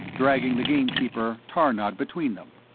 dragging the gamekeeper, tarnod, between them.